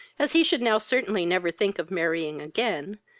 as he should now certainly never think of marrying again,